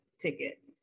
ticket